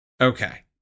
okay